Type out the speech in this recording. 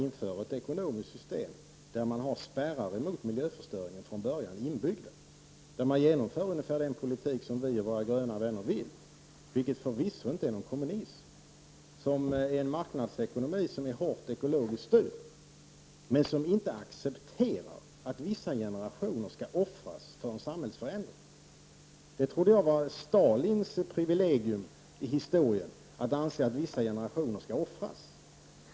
Vi förordar ett ekonomiskt system som har spärrar mot miljöförstöringen inbyggda från början. Den politik som vi och våra gröna vänner vill ha är förvisso inte är någon kommunism utan en marknadsekonomi som är hårt ekologiskt styrd som innebär att man inte accepterar att vissa generationer skall offras för en samhällsförändring. Jag trodde att det var Stalins privilegiumi historien att anse att vissa generationer skall offras.